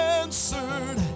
answered